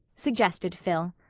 suggested phil.